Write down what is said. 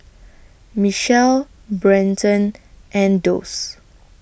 Michell Brenton and Doss